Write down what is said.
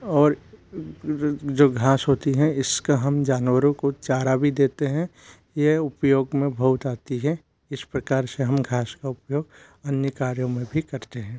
और जो घास होती हैं इसका हम जानवरों को चारा भी देते हैं यह उपयोग में बहुत आती है इस प्रकार से हम घास का उपयोग अन्य कार्यो में भी करते हैं